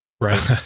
right